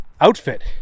outfit